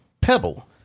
pebble